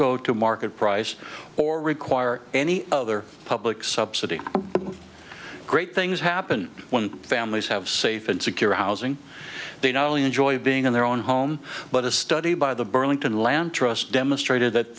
go to market price or require any other public subsidy great things happen when families have safe and secure housing they not only enjoy being in their own home but a study by the burlington land trust demonstrated that